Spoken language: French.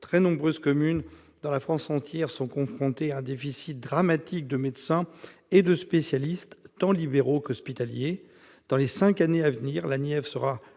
très nombreuses communes, dans la France entière, sont confrontées à un déficit dramatique de médecins et de spécialistes, tant libéraux qu'hospitaliers. Dans les cinq ans à venir, la Nièvre sera